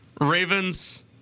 Ravens